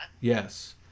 Yes